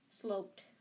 sloped